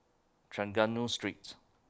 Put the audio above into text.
Trengganu Streets